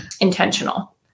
intentional